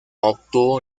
obtuvo